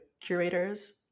curators